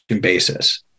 basis